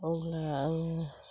अब्ला आङो